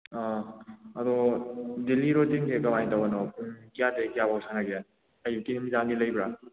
ꯑꯥ ꯑꯗꯣ ꯗꯦꯜꯂꯤ ꯔꯣꯇꯤꯟꯁꯦ ꯀꯃꯥꯏꯅ ꯇꯧꯕꯅꯣ ꯄꯨꯡ ꯀꯌꯥꯗꯒꯤ ꯀꯌꯥ ꯐꯥꯎ ꯁꯥꯟꯅꯒꯦ ꯑꯌꯨꯛꯀꯤ ꯅꯨꯃꯤꯗꯥꯡꯒꯤ ꯂꯩꯕ꯭ꯔ